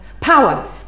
Power